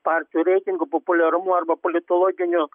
partijų reitingų populiarumo arba politologinių